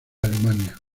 alemania